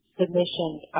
submission